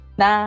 na